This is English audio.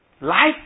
life